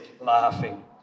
laughing